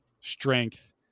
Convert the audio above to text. strength